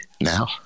now